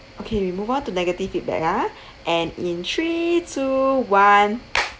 okay we move on to negative feedback ah and in three two one